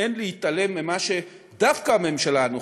אין להתעלם ממה שדווקא הממשלה הזו,